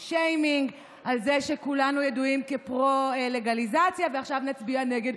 לעשות לנו שיימינג על זה שכולנו ידועים כפרו-לגליזציה ועכשיו נצביע נגד.